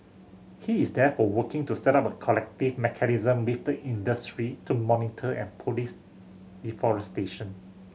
he is therefore working to set up a collective mechanism with the industry to monitor and police deforestation